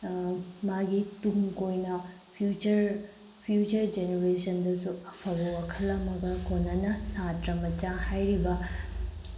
ꯃꯥꯒꯤ ꯇꯨꯡ ꯀꯣꯏꯅ ꯐ꯭ꯌꯨꯆꯔ ꯐ꯭ꯌꯨꯆꯔ ꯖꯦꯅꯦꯔꯦꯁꯟꯗꯁꯨ ꯑꯐꯕ ꯋꯥꯈꯜ ꯑꯃꯒ ꯀꯣꯟꯅꯅ ꯁꯥꯇ꯭ꯔ ꯃꯆꯥ ꯍꯥꯏꯔꯤꯕ